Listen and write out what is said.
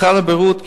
משרד הבריאות,